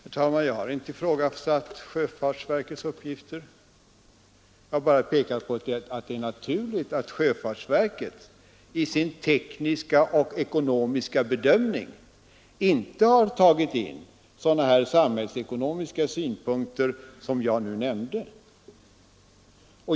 Herr talman! Jag har inte ifrågasatt sjöfartsverkets uppgifter. Jag har pekat på att det är naturligt att sjöfartsverket i sin tekniska och ekonomiska bedömning inte har tagit in sådana samhällsekonomiska synpunkter som jag nu nämnde.